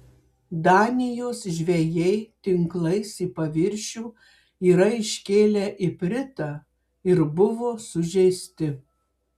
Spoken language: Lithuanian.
danijos žvejai tinklais į paviršių yra iškėlę ipritą ir buvo sužeisti